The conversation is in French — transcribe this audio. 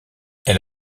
elle